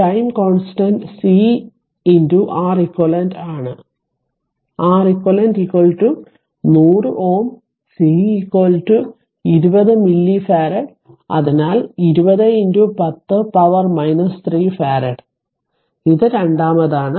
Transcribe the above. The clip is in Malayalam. time constant C R eq ആണ് അത് R eq C ആണ് അതിനാൽ R eq 100 Ω C 20 മില്ലിഫരാഡ് അതിനാൽ 20 10 പവർ 3 ഫറാഡ് അതിനാൽ ഇത് രണ്ടാമതാണ്